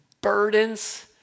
burdens